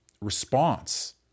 response